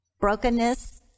Brokenness